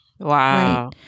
Wow